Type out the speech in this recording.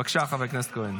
בבקשה, חבר הכנסת כהן.